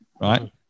right